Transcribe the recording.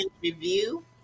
review